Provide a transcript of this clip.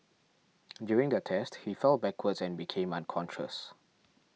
during the test he fell backwards and became unconscious